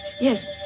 Yes